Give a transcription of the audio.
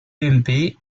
ump